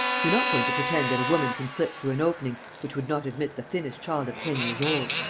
you're not going to pretend that a woman can slip through an opening which would not admit the thinnest child of ten years old!